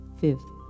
fifth